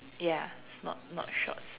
ya it's not not shorts